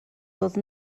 dod